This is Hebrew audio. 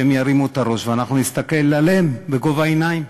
שהם ירימו את הראש ואנחנו נסתכל עליהם בגובה העיניים.